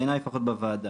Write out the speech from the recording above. בעיני לפחות בוועדה.